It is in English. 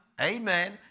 Amen